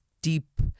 deep